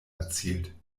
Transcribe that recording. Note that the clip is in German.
erzielt